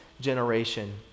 Generation